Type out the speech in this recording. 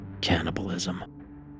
Cannibalism